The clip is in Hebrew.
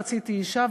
רציתי אישה,